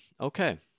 Okay